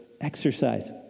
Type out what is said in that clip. exercise